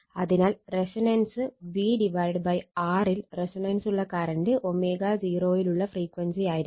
അതിനാൽ resonance VR ൽ റെസൊണൻസിലുള്ള കറണ്ട് ω0 ലുള്ള ഫ്രീക്വൻസി ആയിരിക്കും